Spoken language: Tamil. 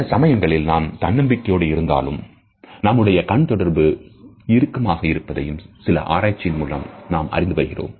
சில சமயங்களில் நாம் தன்னம்பிக்கையோடு இருந்தாலும் நம்முடைய கண் தொடர்பு இருக்குமாக இருப்பதையும் சில ஆராய்ச்சியின் மூலம் நாம் அறிய வருகிறோம்